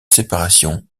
séparation